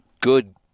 good